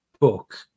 book